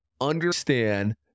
Understand